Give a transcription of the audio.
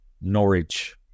Norwich